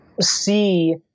see